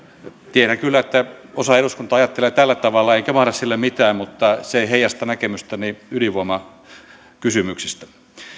tiedän kyllä että osa eduskuntaa ajattelee tällä tavalla enkä mahda sille mitään mutta se ei heijasta näkemystäni ydinvoimakysymyksistä